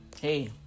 hey